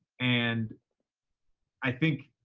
and i think,